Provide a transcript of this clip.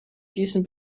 diesen